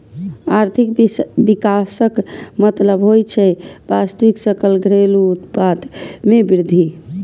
आर्थिक विकासक मतलब होइ छै वास्तविक सकल घरेलू उत्पाद मे वृद्धि